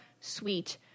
sweet